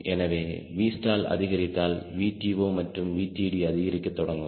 எனவே Vstall அதிகரித்தால் VTO மற்றும் VTD அதிகரிக்க தொடங்கும்